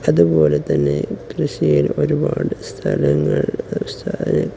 അതുപോലെ തന്നെ കൃഷിയിൽ ഒരുപാട് സ്ഥലങ്ങൾ